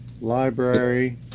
Library